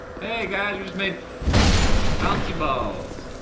hey, guys, we just made bouncy balls.